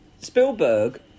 Spielberg